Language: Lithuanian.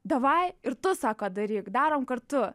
davai ir tu sako daryk darom kartu